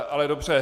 Ale dobře.